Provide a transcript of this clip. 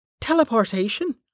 Teleportation